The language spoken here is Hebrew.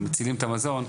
מצילים את המזון,